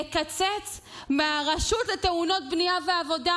לקצץ מהרשות לתאונות בנייה ועבודה,